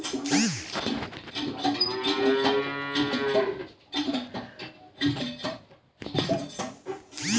Manisha macroeconomics पर शोध करी रहलो छै